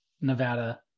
Nevada